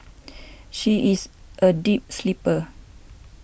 she is a deep sleeper